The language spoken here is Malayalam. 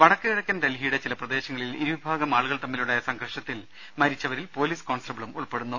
വടക്കു കിഴക്കൻ ഡൽഹിയുടെ ചില പ്രദേശങ്ങളിൽ ഇരുവിഭാഗം ആളുകൾ തമ്മിലുണ്ടായ സംഘർഷത്തിൽ മരിച്ചവരിൽ പൊലീസ് കോൺസ്റ്റബിളും ഉൾപ്പെടുന്നു